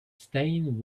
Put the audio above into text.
stain